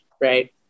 right